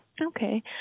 Okay